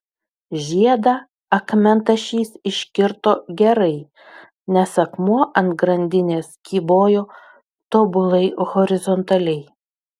žiedą akmentašys iškirto gerai nes akmuo ant grandinės kybojo tobulai horizontaliai